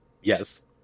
Yes